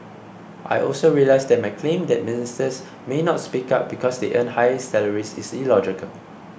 I also realise that my claim that Ministers may not speak up because they earn high salaries is illogical